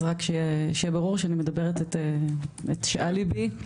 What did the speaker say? אז רק שיהיה ברור שאני מדברת את שעל ליבי.